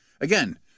again